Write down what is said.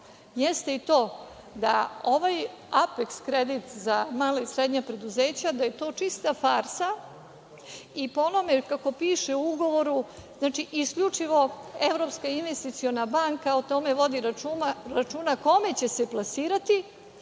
jeste i to da ovaj apeks kredit za mala i srednja preduzeća, da je to čista farsa i po onome kako piše u ugovoru, znači, isključivo Evropska investiciona banka o tome vodi računa kome će se plasirati,